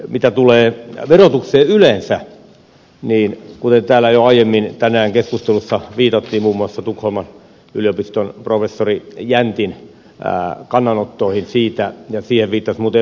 mitä tulee verotukseen yleensä niin kuten täällä jo aiemmin tänään keskustelussa viitattiin muun muassa tukholman yliopiston professori jäntin kannanottoihin siitä ja siihen viittasi muuten ed